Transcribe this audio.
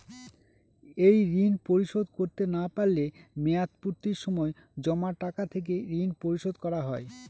এই ঋণ পরিশোধ করতে না পারলে মেয়াদপূর্তির সময় জমা টাকা থেকে ঋণ পরিশোধ করা হয়?